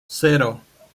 cero